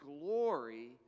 glory